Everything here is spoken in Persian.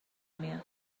میاد